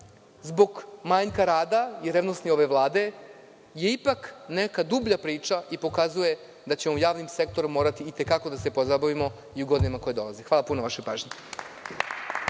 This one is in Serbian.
zbog manjka rada i revnosti ove vlade, je ipak neka dublja priča i pokazuje da ćemo javnim sektorom morati i te kako da se pozabavimo i u godinama koje dolaze. Hvala puno na vašoj pažnji.